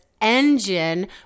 engine